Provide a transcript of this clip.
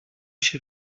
się